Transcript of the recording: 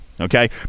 okay